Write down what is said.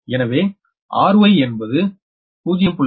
எனவே ry என்பது 0